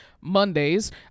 Mondays